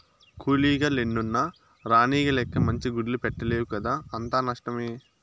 కూలీగ లెన్నున్న రాణిగ లెక్క మంచి గుడ్లు పెట్టలేవు కదా అంతా నష్టమే